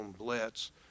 blitz